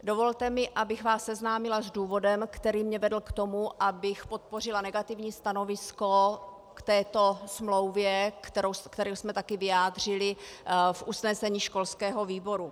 Dovolte mi, abych vás seznámila s důvodem, který mě vedl k tomu, abych podpořila negativní stanovisko k této smlouvě, které jsme taky vyjádřili v usnesení školského výboru.